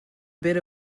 bit